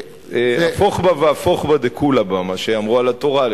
"הפוך בה והפוך בה דכולא בה" מה שאמרו על התורה,